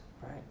right